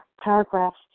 paragraphs